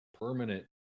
permanent